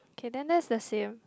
K then that's the same